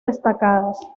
destacadas